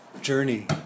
journey